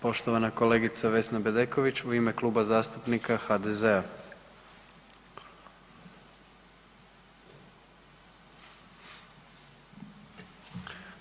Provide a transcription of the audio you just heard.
Poštovana kolegica Vesna Bedeković u ime Kluba zastupnika HDZ-a.